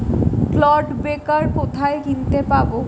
Clod breaker কোথায় কিনতে পাব?